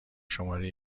شماره